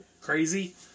crazy